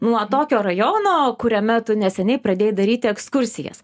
nuo tokio rajono kuriame tu neseniai pradėjai daryti ekskursijas